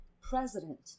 president